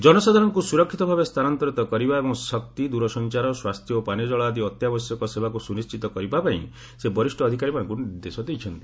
ଜନସାଧାରଣଙ୍କୁ ସୁରକ୍ଷିତ ଭାବେ ସ୍ଥାନାନ୍ତରିତ କରିବା ଏବଂ ଶକ୍ତି ଦୂରସଞ୍ଚାର ସ୍ୱାସ୍ଥ୍ୟ ଓ ପାନୀୟ ଜଳ ଆଦି ଅତ୍ୟାବଶ୍ୟକ ସେବାକୁ ସୁନିଶ୍ଚିତ କରିବା ପାଇଁ ସେ ବରିଷ୍ଣ ଅଧିକାରୀମାନଙ୍କୁ ନିର୍ଦ୍ଦେଶ ଦେଇଛନ୍ତି